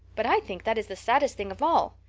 but i think that is the saddest thing of all.